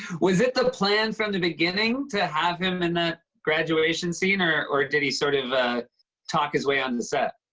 was it the plan from the beginning to have him in that graduation scene or or did he sort of talk his way on to the set?